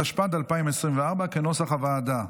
התשפ"ד 2024, כנוסח הוועדה.